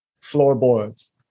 floorboards